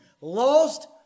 Lost